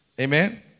Amen